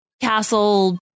castle